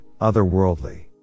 otherworldly